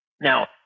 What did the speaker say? Now